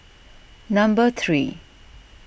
number three